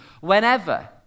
whenever